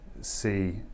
see